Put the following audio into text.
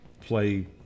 play